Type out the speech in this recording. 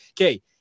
okay